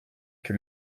que